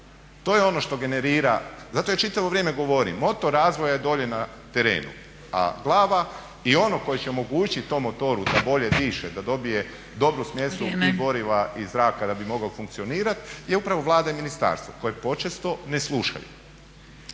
To je ono što generira. Zato ja čitavo vrijeme govorim moto razvoja je dolje na terenu, a glava i ono koje će omogućiti tom motoru da bolje diše, da dobije dobru smjesu tih goriva iz zraka da bi mogao funkcionirati je upravo Vlada i ministarstvo koje počesto ne slušaju.